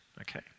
okay